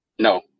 No